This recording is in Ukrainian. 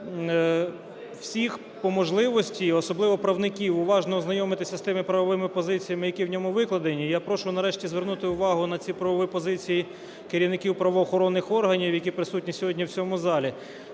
прошу всіх по можливості, особливо правників, уважно ознайомитися з тими правовими позиціями, які в ньому викладені. Я прошу нарешті звернути увагу на ці правові позиції керівників правоохоронних органів, які присутні сьогодні в цьому залі.